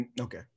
Okay